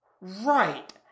right